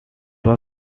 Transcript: was